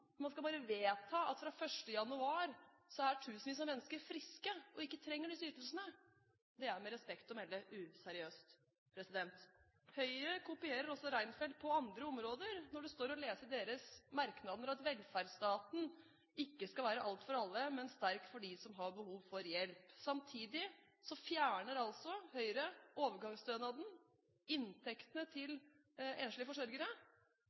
Man bare vedtar at fra 1. januar er tusenvis av mennesker friske, slik at de ikke trenger disse ytelsene. Det er med respekt å melde useriøst. Høyre kopierer også Reinfeldt på andre områder, som når det står å lese i deres merknader: «Velferdsstaten skal ikke være alt for alle, men skal være sterk for den som har behov for hjelp.» Samtidig fjerner altså Høyre overgangsstønaden, inntektene til enslige forsørgere.